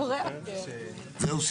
[היו"ר יעקב אשר] זהו?